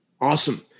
Awesome